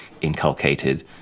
inculcated